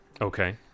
Okay